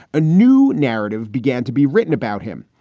a new narrative began to be written about him.